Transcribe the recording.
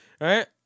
Right